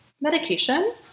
medication